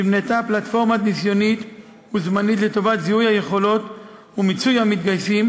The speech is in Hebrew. נבנתה פלטפורמה ניסיונית וזמנית לטובת זיהוי היכולות ומיצוי המתגייסים,